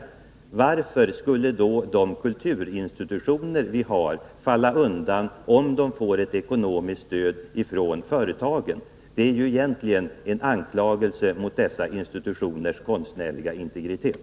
Varför skulle då de kulturinstitutioner vi har falla undan, om de får ett ekonomiskt stöd från företagen? Det är ju egentligen en anklagelse mot dessa institutioners konstnärliga integritet.